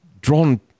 drawn